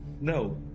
No